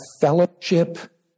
fellowship